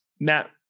Matt